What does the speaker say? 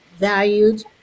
valued